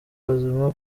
bazima